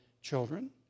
children